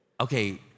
okay